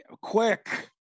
Quick